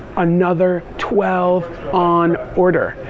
another twelve on order.